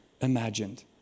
imagined